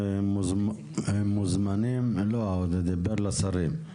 אני מדבר לשרים,